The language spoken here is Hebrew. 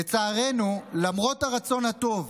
לצערנו, למרות הרצון הטוב